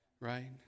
Right